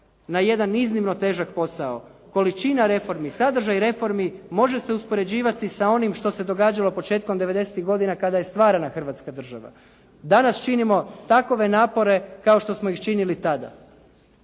na jedan iznimno težak posao. Količina reformi, sadržaj reformi može se uspoređivati sa onim što se događalo početkom '90.-tih godina kada je stvarana Hrvatska država. Danas činimo takove napore kao što smo ih činili tada.